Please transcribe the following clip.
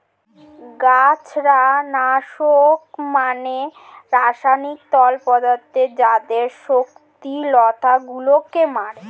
গাছড়া নাশক মানে রাসায়নিক তরল পদার্থ যাতে শক্ত লতা গুলোকে মারে